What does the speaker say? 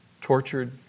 Tortured